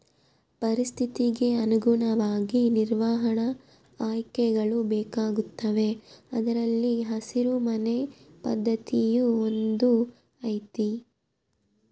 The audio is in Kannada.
ಪರಿಸ್ಥಿತಿಗೆ ಅನುಗುಣವಾಗಿ ನಿರ್ವಹಣಾ ಆಯ್ಕೆಗಳು ಬೇಕಾಗುತ್ತವೆ ಅದರಲ್ಲಿ ಹಸಿರು ಮನೆ ಪದ್ಧತಿಯೂ ಒಂದು ಐತಿ